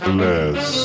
less